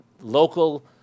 Local